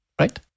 right